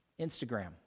Instagram